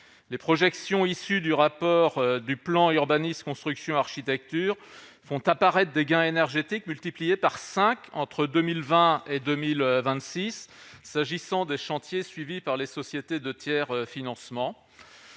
Les projections issues du rapport du plan urbanisme construction architecture (PUCA) font apparaître des gains énergétiques multipliés par cinq entre 2020 et 2026 s'agissant des chantiers suivis par les sociétés de tiers-financement.